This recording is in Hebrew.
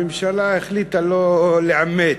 הממשלה החליטה לא לאמץ,